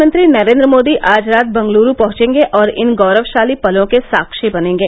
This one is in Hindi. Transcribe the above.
प्रधानमंत्री नरेन्द्र मोदी आज रात बेंगलुरू पहंचेंगे और इन गौरवशाली पलों के साक्षी बनेंगे